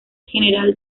general